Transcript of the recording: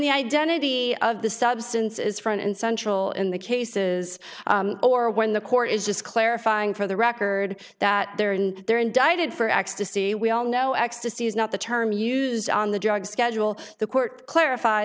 the identity of the substance is front and central in the cases or when the court is just clarifying for the record that they're in there indicted for ecstasy we all know ecstasy is not the term used on the drug schedule the court clarif